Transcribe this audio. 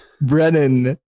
Brennan